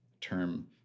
term